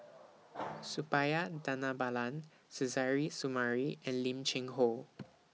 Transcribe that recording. Suppiah Dhanabalan Suzairhe Sumari and Lim Cheng Hoe